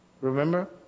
Remember